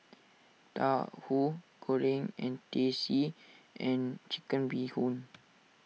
Tauhu Goreng Teh C and Chicken Bee Hoon